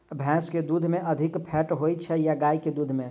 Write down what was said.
भैंस केँ दुध मे अधिक फैट होइ छैय या गाय केँ दुध में?